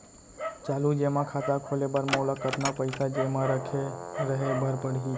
चालू जेमा खाता खोले बर मोला कतना पइसा जेमा रखे रहे बर पड़ही?